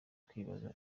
kwibaza